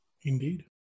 Indeed